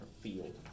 field